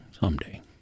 Someday